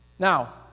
Now